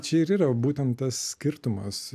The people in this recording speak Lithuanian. čia ir yra būtent tas skirtumas